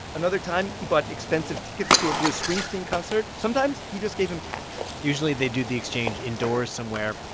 another time, he bought expensive tickets to a bruce springsteen concert. sometimes, he just gave him cash usually, they do the exchange indoors somewhere.